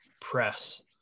press